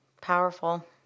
Powerful